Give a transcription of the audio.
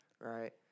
Right